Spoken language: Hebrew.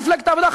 מפלגת העבודה,